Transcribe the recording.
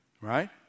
right